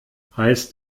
heißt